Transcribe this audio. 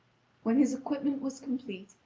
when his equipment was complete,